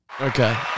Okay